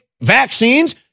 vaccines